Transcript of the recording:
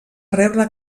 rebre